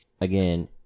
again